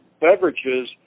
beverages